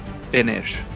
Finish